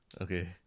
Okay